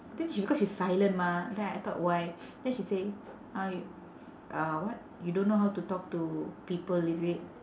then she because she silent mah then I thought why then she say uh y~ uh what you don't know how to talk to people is it